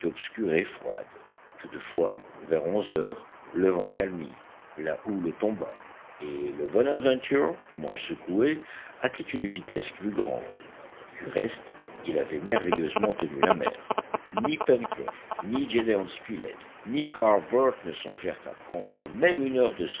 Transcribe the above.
obscure et froide toutefois vers onze heures le vent calmit la houle tomba et le bonadventure moins secoué acquit une vitesse plus grande du reste il avait merveilleusement tenu la mer ni pencroff ni gédéon spilett ni harbert ne songèrent à prendre même une heure de